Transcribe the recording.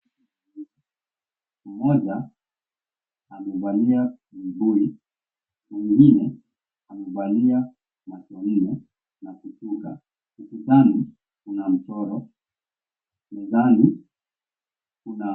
Mtu mmoja amevalia buibui na mwengine amevalia macho nne na kusuka ukutani kuna mchoro, mezani kuna...